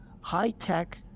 high-tech